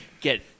get